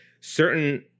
certain